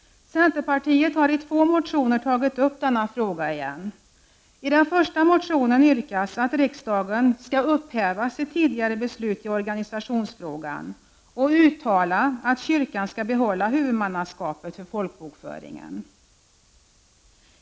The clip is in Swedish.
Centerpartiet har i två motioner tagit upp denna fråga igen. I den första motionen yrkas att riksdagen skall upphäva sitt tidigare beslut i organisationsfrågan och uttala att kyrkan skall behålla huvudmannaskapet för folkbokföringen.